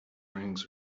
rings